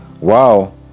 Wow